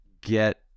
get